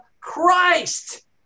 Christ